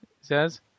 says